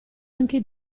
anche